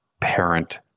parent